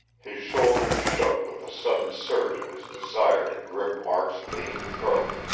his shoulders shook with the sudden surge of his desire to grip mark's lean throat.